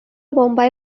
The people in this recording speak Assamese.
বোম্বাই